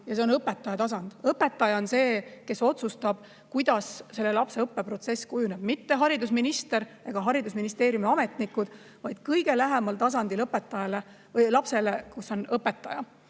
ja see on õpetaja tasand. Õpetaja on see, kes otsustab, kuidas lapse õppeprotsess kujuneb, mitte haridusminister ega haridusministeeriumi ametnikud. Kõige lähemal tasandil lapsele on õpetaja.